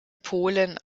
polen